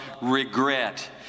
regret